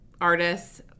artists